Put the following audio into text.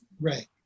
Right